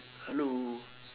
hello